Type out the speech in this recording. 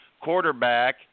quarterback